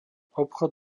obchod